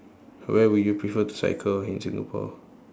where would you prefer to cycle in Singapore